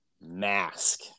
mask